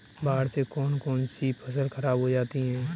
बाढ़ से कौन कौन सी फसल खराब हो जाती है?